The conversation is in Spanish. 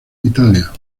italia